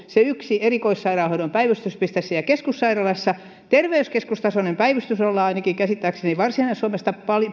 se yksi erikoissairaanhoidon päivystyspiste siellä keskussairaalassa terveyskeskustasoinen päivystys ollaan ainakin käsittääkseni varsinais suomesta